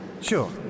Sure